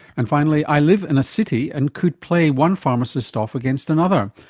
and finally, i live in a city and could play one pharmacist off against another.